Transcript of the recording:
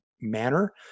manner